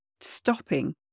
stopping